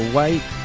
White